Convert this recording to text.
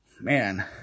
Man